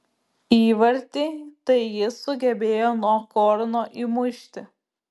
įvartį tai jis sugebėjo nuo korno įmušti